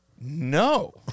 No